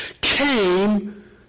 came